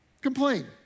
Complain